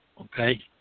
Okay